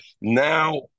Now